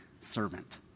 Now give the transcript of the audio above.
servant